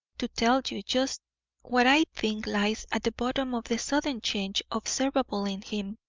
to tell you just what i think lies at the bottom of the sudden change observable in him.